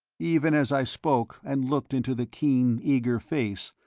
even as i spoke and looked into the keen, eager face,